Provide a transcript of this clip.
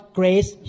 grace